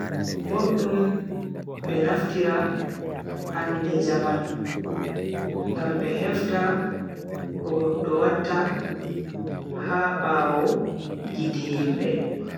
Boddum be naftira ande jamanu ngam be hefta ko goddo watta ha bawo gite himbe.